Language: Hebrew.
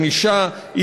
ענישה,